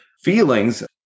Feelings